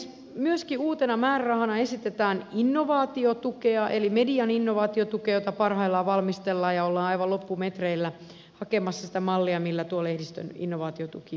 myöskin uutena määrärahana esitetään innovaatiotukea eli median innovaatiotukea jota parhaillaan valmistellaan ja ollaan aivan loppumetreillä hakemassa sitä mallia jolla tuo lehdistön innovaatiotuki myönnetään